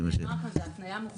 לא, מה שאמרו כאן היא התניה מוחלטת.